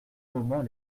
moments